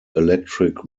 electric